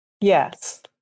yes